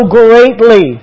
greatly